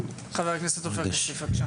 חבר הכנסת עופר כסיף בבקשה.